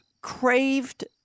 craved—